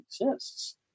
exists